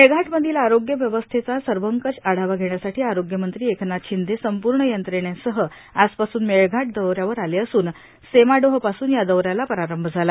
मेळघाटमधील आरोग्य व्यवस्थेचा सर्वकष आढावा धेण्यासाठी आरोग्यमंत्री एकनाथ शिंदे संपूर्ण यंत्रणेसह आजपासून मेळघाट दौ यावर आले असून सेमाडोहपासून या दौ याला प्रारंभ झाला